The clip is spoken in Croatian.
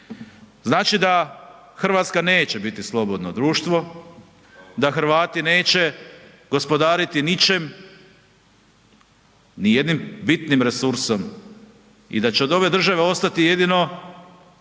Znači da RH neće biti slobodno društvo, da Hrvati neće gospodariti ničem, ni jednim bitnim resursom i da će od ove države ostati jedino